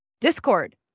discord